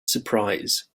surprise